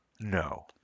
No